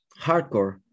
hardcore